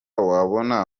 wabona